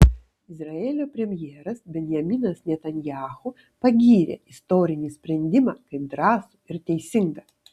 izraelio premjeras benjaminas netanyahu pagyrė istorinį sprendimą kaip drąsų ir teisingą